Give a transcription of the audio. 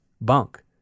bunk